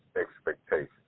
expectations